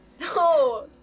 No